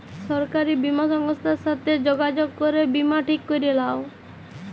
সরকারি বীমা সংস্থার সাথে যগাযগ করে বীমা ঠিক ক্যরে লাও